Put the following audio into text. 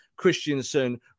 Christiansen